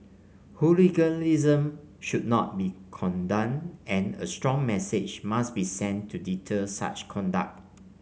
hooliganism should not be condoned and a strong message must be sent to deter such conduct